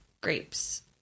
grapes